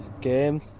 game